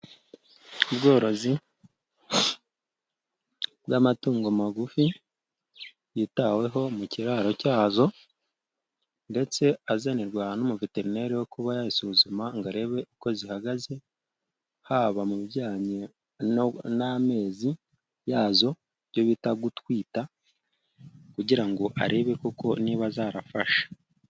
Ubworozi bw' amatungo magufi yitaweho mu kiraro cyazo, ndetse azanirwa ahantu umuveterineri wo kuba yasuzuma ngo arebe uko zihagaze, haba mu bijyanye n'amezi yazo ibyo bita gutwita kugira ngo arebeko niba zarafashe.